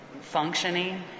functioning